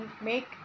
make